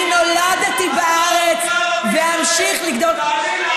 אני נולדתי בארץ ואמשיך לגדול,